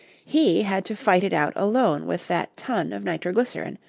he had to fight it out alone with that ton of nitroglycerin,